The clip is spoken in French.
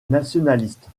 nationalistes